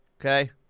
okay